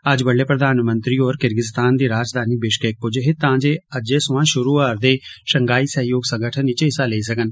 अज्ज बड्डले प्रधानमंत्री होर क्रिर्गिस्तान दी राजघानी बिशकेक पुज्जे हे तां जे अज्जे सोयां शुरु होआ रदे शंघाई सहयोग संगठन च हिस्सा लेई सकन